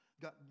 God